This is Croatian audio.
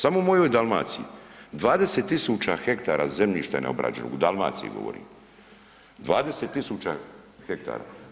Samo u mojoj Dalmaciji, 20 000 hektara zemljište je neobrađeno, u Dalmaciji govorim, 20 000 hektara.